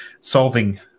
solving